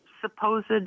supposed